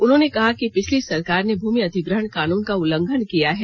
उन्होंने कहा कि पिछली सरकार ने भूमि अधिग्रहण कानून का उल्लंघन किया है